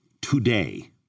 today